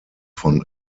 von